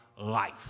life